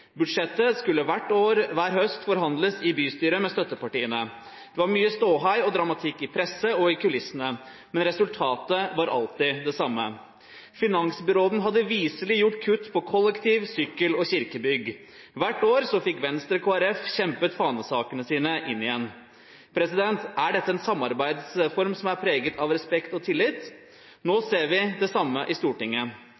Budsjettet skulle hvert år, hver høst, forhandles i bystyret med støttepartiene. Det var mye ståhei og dramatikk i presse og i kulissene, men resultatet var alltid det samme. Finansbyråden hadde viselig gjort kutt når det gjaldt kollektivtrafikk, sykkelveier og kirkebygg. Hvert år fikk Venstre og Kristelig Folkeparti kjempet fanesakene sine inn igjen. Er dette en samarbeidsform som er preget av respekt og tillit? Nå